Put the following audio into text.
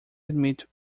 admit